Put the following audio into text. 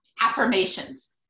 Affirmations